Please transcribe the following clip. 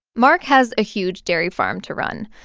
mark has a huge dairy farm to run.